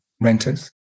renters